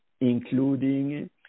including